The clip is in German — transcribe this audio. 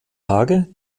tage